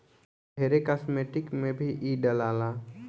ढेरे कास्मेटिक में भी इ डलाला